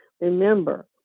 Remember